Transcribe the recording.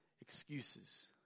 excuses